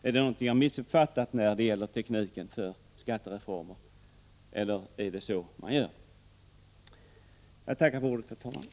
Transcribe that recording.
Är det någonting jag har missuppfattat när det gäller tekniken för skattereformer, eller är det så man gör? Jag tackar för ordet, herr talman.